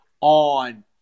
on